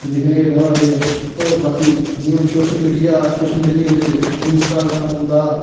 दिक्खदे गै रौह्ना ते होर बाकी जि'यां हून सोशल मीडिया सोशल मीडिया बिच इंस्टाग्राम औंदा